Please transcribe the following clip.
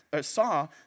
saw